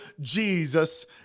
Jesus